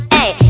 Hey